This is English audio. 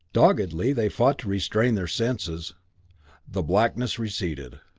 doggedly they fought to retain their senses the blackness receded.